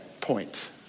point